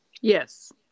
Yes